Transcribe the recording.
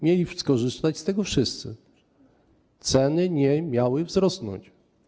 Mieli skorzystać z tego wszyscy, ceny nie miały wzrosnąć.